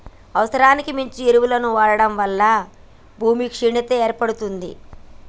అవసరానికి మించి ఎరువులను వాడటం వలన భూమి క్షీణత ఏర్పడుతుంది